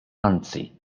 anzi